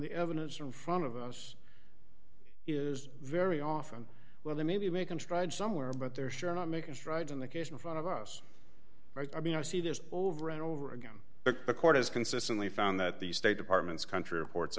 the evidence in front of us it is very often well they may be making tried somewhere but they're sure not making strides in the case in front of us i mean i see this over and over again but the court has consistently found that the state department's country reports